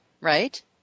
right